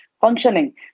functioning